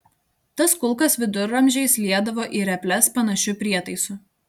tas kulkas viduramžiais liedavo į reples panašiu prietaisu